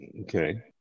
Okay